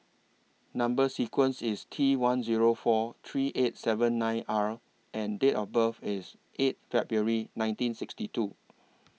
Number sequence IS T one Zero four three eight seven nine R and Date of birth IS eight February nineteen sixty two